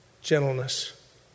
gentleness